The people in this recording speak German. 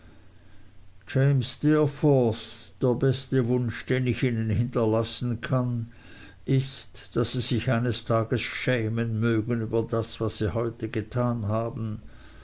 steerforth der beste wunsch den ich ihnen hinterlassen kann ist daß sie sich eines tags schämen mögen über das was sie heute getan haben